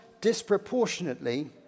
disproportionately